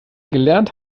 gelernt